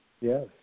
Yes